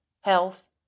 health